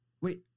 Wait